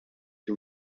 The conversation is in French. que